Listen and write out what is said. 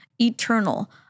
eternal